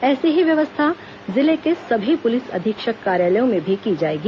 ऐसी ही व्यवस्था जिले के सभी पुलिस अधीक्षक कार्यालयों में भी की जाएगी